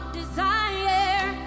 desire